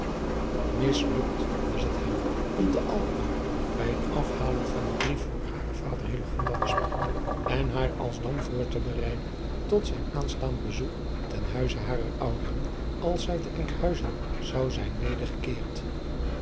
mislukt was het hem om te alkmaar bij het afhalen van den brief voor haren vader hillegonda te spreken en haar alsdan voor te bereiden tot zijn aanstaand bezoek ten huize harer ouderen als zij te enkhuizen zou zijn